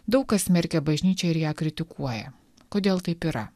daug kas smerkia bažnyčią ir ją kritikuoja kodėl taip yra